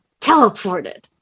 teleported